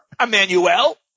Emmanuel